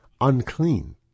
unclean